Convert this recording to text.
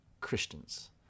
Christians